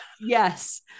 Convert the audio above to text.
Yes